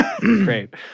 Great